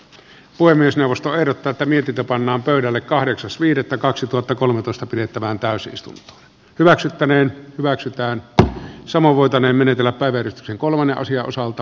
puhemiesneuvosto ehdottaa että mietitä pannaan pöydälle kahdeksas viidettä kaksituhattakolmetoista pidettävän täysin istu hyväksyttäneen hyväksytään on sama voitane menetellä päivän kolmen asian osalta